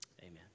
Amen